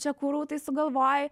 čia krūtai sugalvojai